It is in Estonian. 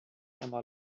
tema